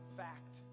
fact